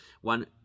one